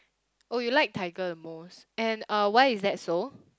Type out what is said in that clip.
oh you like tiger the most and uh why is that so